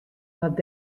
wat